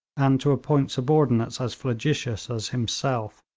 and to appoint subordinates as flagitious as himself.